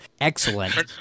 Excellent